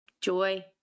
joy